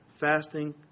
fasting